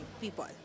people